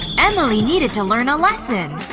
emily needed to learn a lesson!